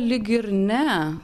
lyg ir ne